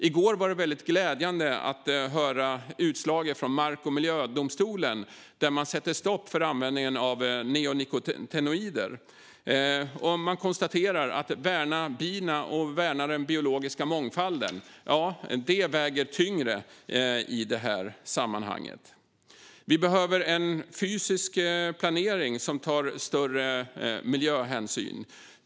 I går var det väldigt glädjande att höra utslaget från mark och miljödomstolen som sätter stopp för användningen av neonikotinoider. Man konstaterar att värnandet av bina och den biologiska mångfalden väger tyngre i det här sammanhanget. Vi behöver en fysisk planering som tar större miljöhänsyn.